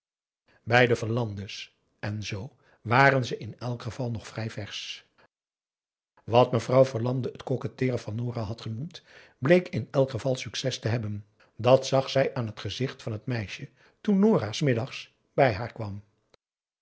de verlande's en zoo waren ze in elk geval nog vrij versch wat mevrouw verlande het koketteeren van nora had genoemd bleek in elk geval succes te hebben dat zag zij aan t gezicht van het meisje toen nora s middags bij haar kwam